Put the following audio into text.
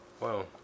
Wow